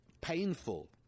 painful